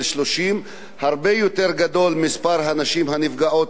הרבה יותר גדול מספר הנשים הנפגעות מגיל 30 עד 50,